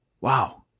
Wow